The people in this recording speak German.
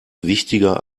wichtiger